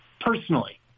personally